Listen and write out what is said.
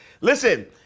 Listen